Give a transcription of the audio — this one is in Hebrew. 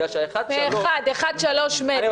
כי ה-1.3 --- ה-1.3 מת,